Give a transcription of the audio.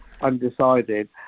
undecided